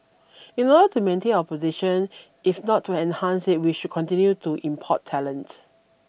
in order to maintain our position if not to enhance it we should continue to import talent